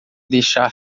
deixar